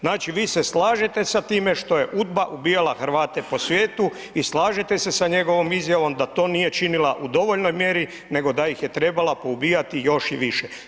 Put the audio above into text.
Znači vi se slažete da time što je UDBA ubijala Hrvate po svijetu i slažete sa njegovom izjavom da to nije činila u dovoljnoj mjeri nego da ih je trebala poubijati još i više.